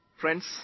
Friends